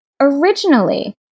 originally